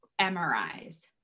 MRIs